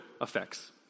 effects